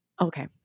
Okay